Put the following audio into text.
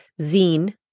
zine